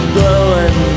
blowing